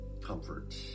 comfort